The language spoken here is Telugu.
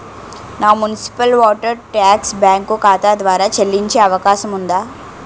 నా మున్సిపల్ వాటర్ ట్యాక్స్ బ్యాంకు ఖాతా ద్వారా చెల్లించే అవకాశం ఉందా?